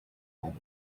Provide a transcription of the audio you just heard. had